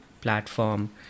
platform